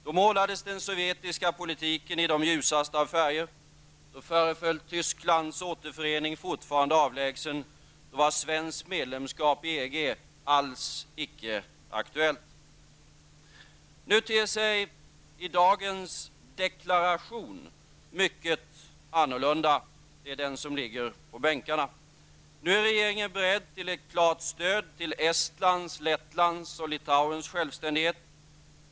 Då målades den sovjetiska politiken i de ljusaste färger. Då föreföll Tysklands återförening fortfarande avlägsen. Då var svenskt medlemskap i EG alls icke aktuellt. I dagens deklaration -- den som ligger på bänkarna -- ter sig mycket annorlunda. Nu är regeringen beredd till ett klart stöd till Estlands, Lettlands och Litauens självständighet.